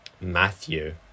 Matthew